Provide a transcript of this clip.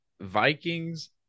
Vikings